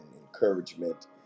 encouragement